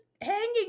hanging